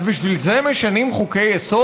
אז בשביל זה משנים חוקי-יסוד?